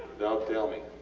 dont tell me,